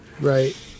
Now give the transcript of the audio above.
Right